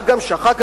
מה גם שאחר כך,